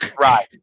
right